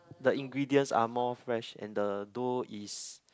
the ingredients are more fresh and the dough is